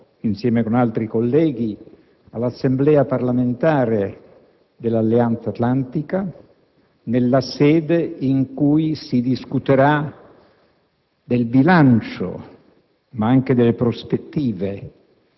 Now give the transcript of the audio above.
A partire da domani, insieme con altri colleghi, sarò all'Assemblea parlamentare dell'Alleanza Atlantica nella sede in cui si discuterà